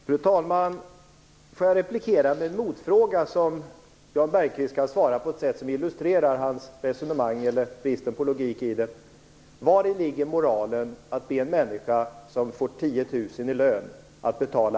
Fru talman! Får jag replikera med en motfråga, som Jan Bergqvist kan svara på, som illustrerar bristen på logik i hans resonemang? Var ligger moralen i att be en människa som får 10 000 kr i lön att betala